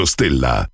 Stella